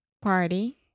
Party